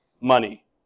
money